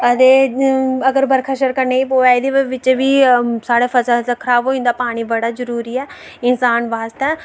अगर ते बर्खा शर्खा नेईं पवै़ एहदे बिच्च बी साढे़ फसल खराब होई जंदा पानी बड़ा जरुरी ऐ इंसान आस्तै